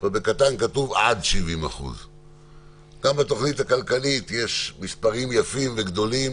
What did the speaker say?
ובקטן כתוב "עד 70%". גם בתוכנית הכלכלית יש מספרים יפים וגדולים,